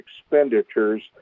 expenditures